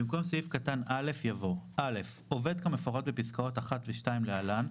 (1)במקום סעיף קטן (א) יבוא: "(א)עובד כמפורט בפסקאות (1) ו-(2) להלן,